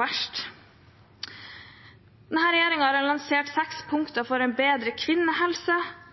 verst. Denne regjeringen har lansert seks punkter for en bedre kvinnehelse, vi har